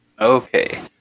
Okay